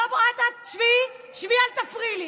לא, מירב, את, לא, לא, את שבי, אל תפריעי לי.